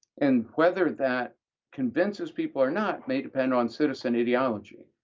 and whether that convinces people or not may depend on citizen ideology,